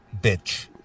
bitch